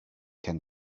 can